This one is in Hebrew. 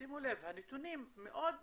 שימו לב, הנתונים מאוד מדהימים,